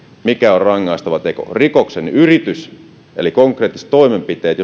mikä on rangaistava teko rikoksen yritys eli konkreettiset toimenpiteet